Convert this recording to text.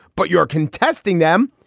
but you're contesting them.